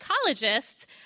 psychologists